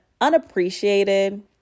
unappreciated